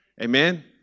Amen